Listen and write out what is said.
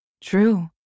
True